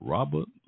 Robert